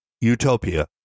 utopia